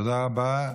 תודה רבה.